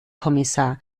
kommissar